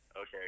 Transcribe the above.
okay